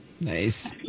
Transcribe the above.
Nice